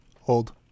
Hold